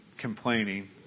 complaining